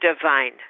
divine